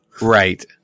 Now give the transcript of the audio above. Right